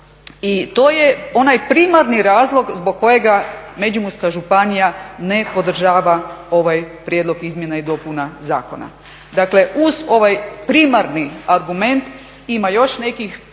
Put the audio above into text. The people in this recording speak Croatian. i to je onaj primarni razlog zbog kojega Međimurska županija ne podržava ovaj prijedlog izmjena i dopuna zakona. Dakle uz ovaj primarni argument ima još nekih ja